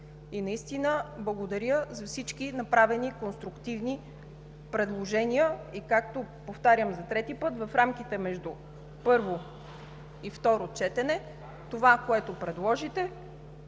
продукт. Благодаря за всички направени конструктувни предложения и, повтарям за трети път, в рамките между първо и второ четене това, което предложите,